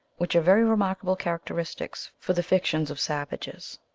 which are very remarkable characteristics for the fictions of savages.